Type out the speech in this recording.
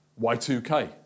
Y2K